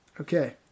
Okay